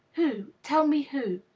who? tell me who.